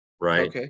right